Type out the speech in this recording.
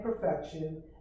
perfection